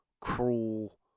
cruel